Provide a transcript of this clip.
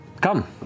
come